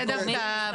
זה דווקא בחוק הקודם.